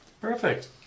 Perfect